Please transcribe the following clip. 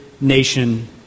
nation